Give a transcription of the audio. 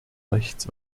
rechts